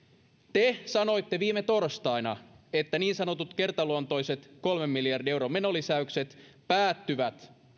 te sanoitte viime torstaina että niin sanotut kertaluontoiset kolmen miljardin euron menolisäykset päättyvät